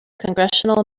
congressional